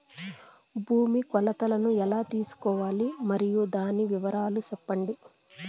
భూమి కొలతలను ఎలా తెల్సుకోవాలి? మరియు దాని వివరాలు సెప్పండి?